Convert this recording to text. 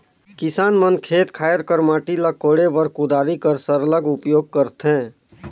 किसान मन खेत खाएर कर माटी ल कोड़े बर कुदारी कर सरलग उपियोग करथे